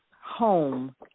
home